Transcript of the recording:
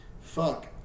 Fuck